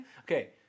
Okay